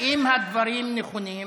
אם הדברים נכונים,